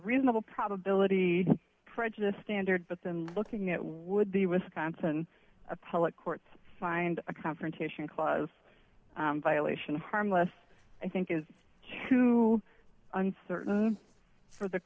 reasonable probability prejudice standard but then looking at would be wisconsin appellate courts find a confrontation clause violation harmless i think is too uncertain for the